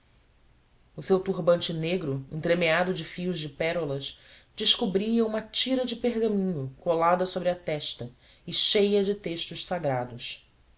o seu turbante branco entremeado de fios de pérolas descobria uma tira de pergaminho colada sobre a testa e cheia de textos sagrados